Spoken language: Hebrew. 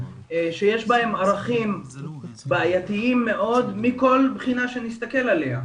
שיש בהם ערכים בעייתיים מאוד מכל בחינה שנסתכל עליה.